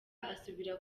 asubira